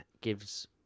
gives –